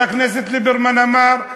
חבר הכנסת ליברמן אמר: